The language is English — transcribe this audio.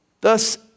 Thus